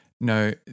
no